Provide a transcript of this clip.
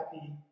happy